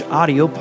audio